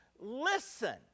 listen